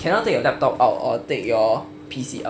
cannot take your laptop out or take your P_C out